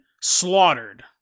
slaughtered